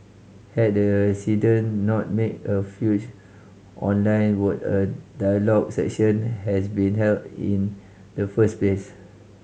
had the resident not made a fuss online would a dialogue session has been held in the first place